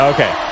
Okay